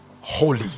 holy